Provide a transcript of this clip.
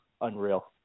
unreal